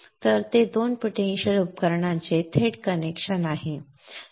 तर ते दोन पोटेन्शियल उपकरणांचे थेट कनेक्शन आहे